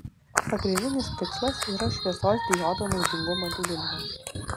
pagrindinis tikslas yra šviesos diodo naudingumo didinimas